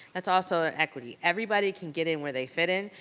that's also an equity. everybody can get in where they fit in,